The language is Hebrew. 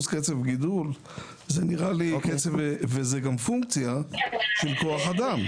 15%. זוהי גם פונקציה של כוח אדם,